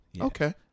Okay